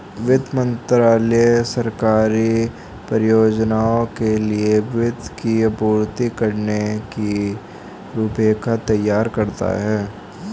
वित्त मंत्रालय सरकारी परियोजनाओं के लिए वित्त की आपूर्ति करने की रूपरेखा तैयार करता है